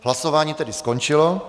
Hlasování tedy skončilo.